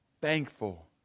thankful